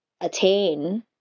attain